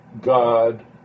God